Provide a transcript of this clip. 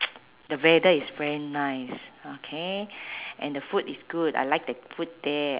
the weather is very nice okay and the food is good I like the food there